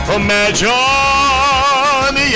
imagine